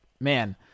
man